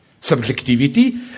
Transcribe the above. subjectivity